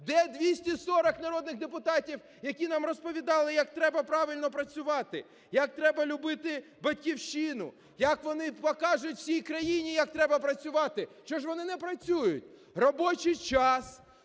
Де, 240 народних депутатів, які нам розповідали, як треба правильно працювати, як треба любити Батьківщину, як вони покажуть всій країні, як треба працювати. Чого ж вони не працюють? Робочий час,